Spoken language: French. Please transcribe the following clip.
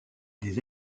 des